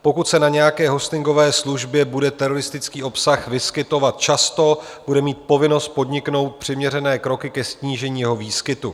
Pokud se na nějaké hostingové službě bude teroristický obsah vyskytovat často, bude mít povinnost podniknout přiměřené kroky ke snížení jeho výskytu.